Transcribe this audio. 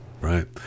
right